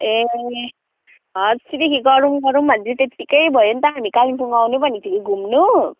ए ह अस्तिदेखि गरौँ गरौँ भन्दै त्यतिकै भयो नि त हामी कालिम्पोङ आउनु भनेको थियो कि घुम्नु